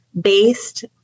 based